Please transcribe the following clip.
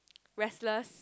restless